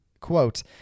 quote